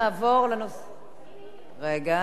רגע, אנחנו נמתין עוד דקה,